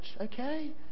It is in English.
okay